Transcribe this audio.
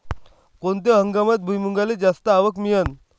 कोनत्या हंगामात भुईमुंगाले जास्त आवक मिळन?